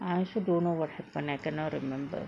I also don't know what the brand I cannot remember